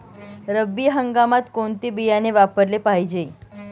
रब्बी हंगामात कोणते बियाणे वापरले पाहिजे?